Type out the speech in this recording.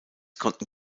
konnten